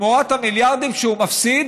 תמורת המיליארדים שהוא מפסיד,